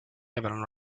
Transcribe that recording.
avranno